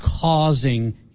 causing